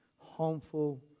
harmful